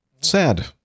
sad